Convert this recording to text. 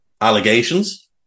allegations